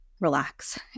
relax